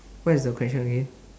what is the question again